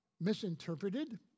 misinterpreted